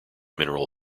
mineral